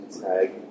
tag